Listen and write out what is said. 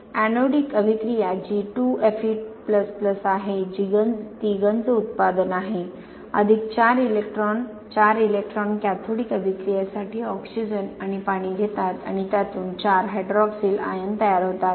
anodic प्रतिक्रिया जी 2Fe आहे ती गंज उत्पादन आहे अधिक 4 इलेक्ट्रॉन 4 इलेक्ट्रॉन कॅथोडिक अभिक्रियासाठी ऑक्सिजन आणि पाणी घेतात आणि त्यातून 4 हायड्रॉक्सिल आयन तयार होतात